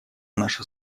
наша